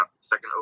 second